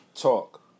talk